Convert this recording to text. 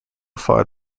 far